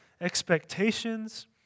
expectations